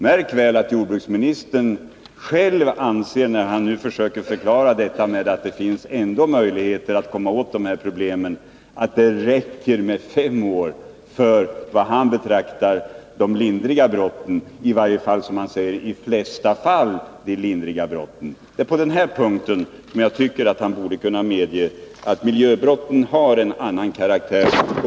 Märk väl att jordbruksministern, när han nu försöker förklara att det ändå finns möjlighet att komma åt de här problemen, själv anser att det i de flesta fall räcker med fem års preskriptionstid för de lindriga miljöbrotten. Det är på den här punkten som jag tycker att jordbruksministern borde kunna medge att miljöbrott har en annan karaktär än övriga brott.